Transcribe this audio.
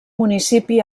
municipi